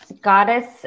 Goddess